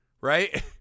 Right